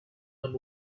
and